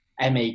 MA